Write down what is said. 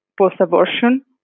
post-abortion